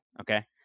Okay